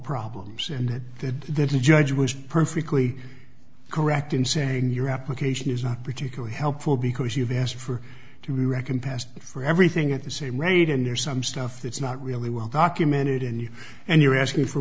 problems and did the judge was perfectly correct in saying your application is not particularly helpful because you've asked for two recompense for everything at the same rate and there's some stuff that's not really well documented in you and you're asking for